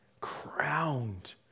Crowned